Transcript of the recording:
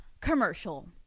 Commercial